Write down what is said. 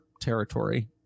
territory